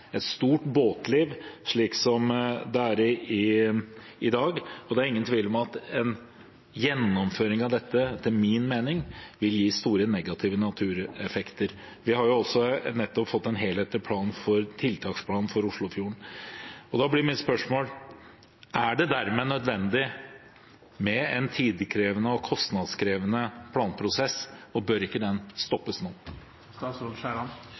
båtliv slik som det er i dag, og det er etter min mening ingen tvil om at en gjennomføring av dette vil gi store negative natureffekter. Vi har jo også nettopp fått en helhetlig tiltaksplan for Oslofjorden. Da blir mitt spørsmål: Er det da nødvendig med en tidkrevende og kostnadskrevende planprosess, og bør ikke den stoppes nå?